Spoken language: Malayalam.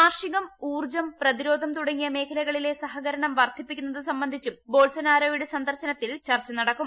കാർഷികം ഊർജ്ജം പ്രതിരോധം തുടങ്ങിയ മേഖലകളിലെ സഹകരണം വർദ്ധിപ്പിക്കുന്നത് സംബന്ധിച്ചും ബോൾസനാരോയുടെ സന്ദർശനത്തിൽ ചർച്ച നടക്കും